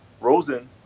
Rosen